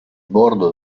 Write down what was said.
bordo